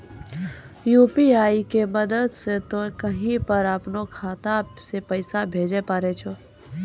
UPI के मदद से तोय कहीं पर अपनो खाता से पैसे भेजै पारै छौ